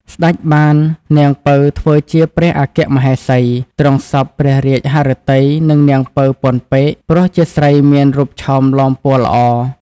សេ្តចបាននាងពៅ ធ្វើជាព្រះអគ្គមហេសី ទ្រង់សព្វព្រះរាជហឫទ័យនឹង នាង ពៅ ពន់ពេក ព្រោះជាស្រីមានរូបឆោមលោមពណ៌‌ល្អ។